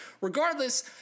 regardless